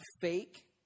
fake